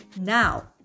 Now